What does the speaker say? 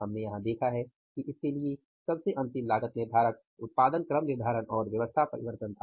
हमने यहां देखा है कि इसके लिए सबसे अंतिम लागत निर्धारक उत्पादन क्रम निर्धारण और व्यवस्था परिवर्तन था